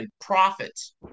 profits